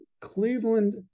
Cleveland